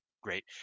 great